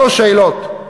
שלוש שאלות.